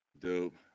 dope